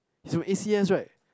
he's from A_C_S right